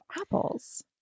apples